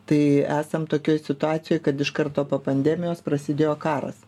tai esam tokioj situacijoj kad iš karto po pandemijos prasidėjo karas